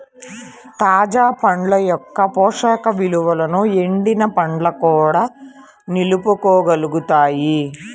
తాజా పండ్ల యొక్క పోషక విలువలను ఎండిన పండ్లు కూడా నిలుపుకోగలుగుతాయి